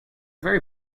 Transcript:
very